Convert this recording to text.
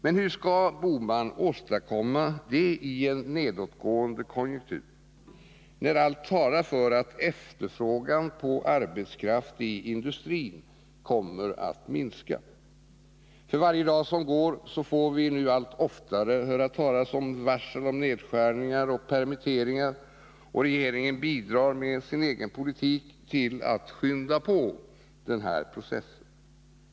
Men hur skall herr Bohman åstadkomma det i en nedåtgående konjunktur, när allt talar för att efterfrågan på arbetskraft i industrin kommer att minska? För varje dag som går får vi allt oftare höra talas om varsel om nedskärningar och permitteringar, och regeringen bidrar med sin egen politik till att skynda på den processen.